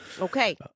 okay